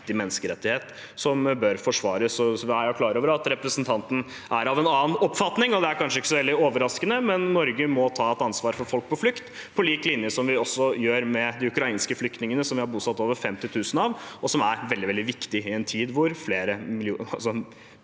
menneskerettighet som bør forsvares. Jeg er klar over at representanten er av en annen oppfatning – det er kanskje ikke så veldig overraskende – men Norge må ta et ansvar for folk på flukt, på lik linje som vi gjør med de ukrainske flyktningene, som vi har bosatt over 50 000 av, og som er veldig, veldig viktig i en tid da mange